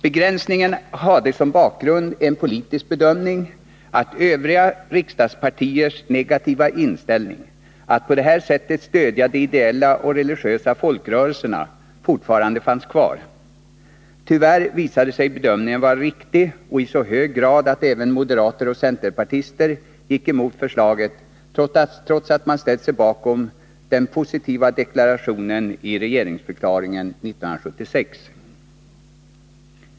Begränsningen hade som bakgrund en politisk bedömning, att övriga riksdagspartiers negativa inställning till att på detta sätt stödja de ideella och religiösa folkrörelserna fortfarande fanns kvar. Tyvärr visade sig bedömningen vara riktig, och det i så hög grad att även moderater och centerpartister gick emot förslaget, trots att de ställt sig bakom den positiva deklarationen i regeringsförklaringen 1976.